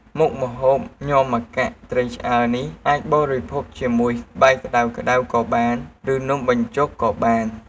មុខម្ហូបញាំម្កាក់ត្រីឆ្អើរនេះ អាចបរិភោគជាមួយបាយក្តៅៗក៏បាន ឬនំបញ្ចុកក៏បាន។